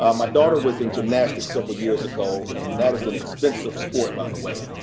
um my daughter was in gymnastics several years ago, and that is an expensive sport by the way.